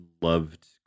loved